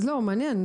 לא, אז מעניין.